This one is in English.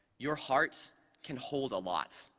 your heart can hold a lot.